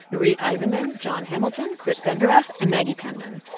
nurith aizenman, jon hamilton, chris benderev and maggie penman.